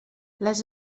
les